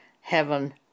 heaven